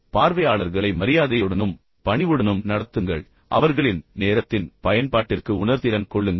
எனவே பார்வையாளர்களை மரியாதையுடனும் பணிவுடனும் நடத்துங்கள் அவர்களின் நேரத்தின் பயன்பாட்டிற்கு உணர்திறன் கொள்ளுங்கள்